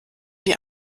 die